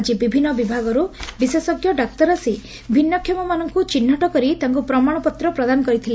ଆଜି ବିଭିନ୍ ବିଭାଗରୁ ବିଶେଷ୍କ ଡାକ୍ତର ଆସି ଭିନ୍ ଚିହ୍ଟ କରି ତାଙ୍କୁ ପ୍ରମାଣପତ୍ର ପ୍ରଦାନ କରିଥିଲେ